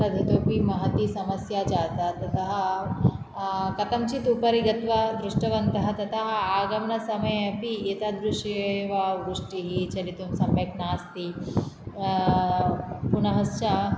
तद् इतोऽपि महति समस्या जाता ततः कथञ्चित् उपरि गत्वा दृष्टवन्तः तथा आगमनसमये अपि एतादृशी एव वृष्टिः चलितुं सम्यक् नास्ति पुनश्च